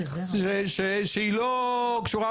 שהיא לא קשורה,